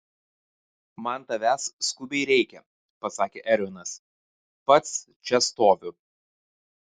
man tavęs skubiai reikia pasakė ervinas pats čia stoviu